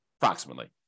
approximately